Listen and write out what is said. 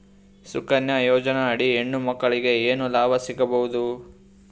ಸುಕನ್ಯಾ ಯೋಜನೆ ಅಡಿ ಹೆಣ್ಣು ಮಕ್ಕಳಿಗೆ ಏನ ಲಾಭ ಸಿಗಬಹುದು?